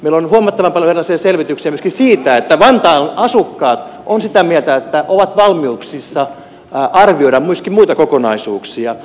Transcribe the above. meillä on huomattavan paljon erilaisia selvityksiä myöskin siitä että vantaan asukkaat ovat sitä mieltä että ovat valmiuksissa arvioimaan myöskin muita kokonaisuuksia